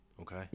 Okay